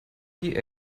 die